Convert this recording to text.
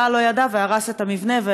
צה"ל לא ידע והרס את המבנה,